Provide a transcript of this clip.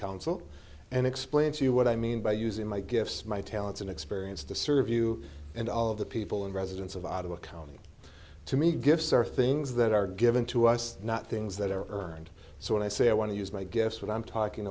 council and explained to you what i mean by using my gifts my talents and experience to serve you and all of the people and residents of ottawa county to me gifts are things that are given to us not things that are earned so when i say i want to use my gifts what i'm talking